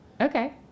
okay